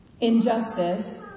Injustice